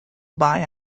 buy